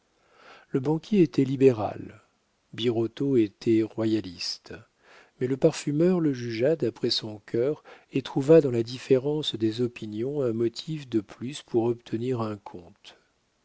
le banquier était libéral birotteau était royaliste mais le parfumeur le jugea d'après son cœur et trouva dans la différence des opinions un motif de plus pour obtenir un compte